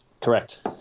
Correct